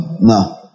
No